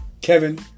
Kevin